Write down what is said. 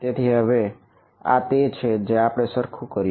તેથી હવે આ તે છે જે આપણે સરખું કર્યું